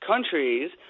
countries